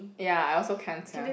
ya I also can't sia